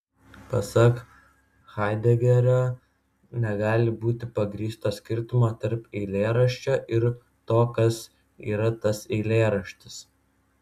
pasak haidegerio negali būti pagrįsto skirtumo tarp eilėraščio ir to kas yra tas eilėraštis